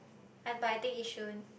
I but I think Yishun